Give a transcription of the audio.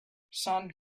sun